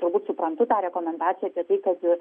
galbūt suprantu tą rekomendaciją apie tai kad